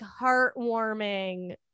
heartwarming